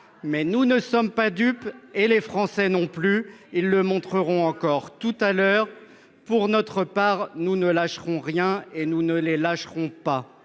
Nous ne sommes pas dupes, les Français non plus. Nous non plus ! Ils le montreront encore tout à l'heure. Pour notre part, nous ne lâcherons rien et nous ne les lâcherons pas.